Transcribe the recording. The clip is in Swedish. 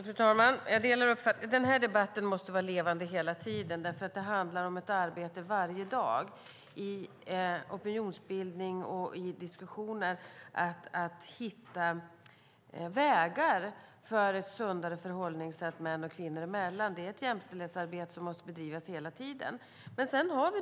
Fru talman! Jag delar uppfattningen att den här debatten måste vara levande hela tiden. Det handlar om ett arbete varje dag med opinionsbildning och diskussioner för att hitta vägar för ett sundare förhållningssätt män och kvinnor emellan. Det är ett jämställdhetsarbete som måste bedrivas hela tiden.